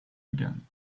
again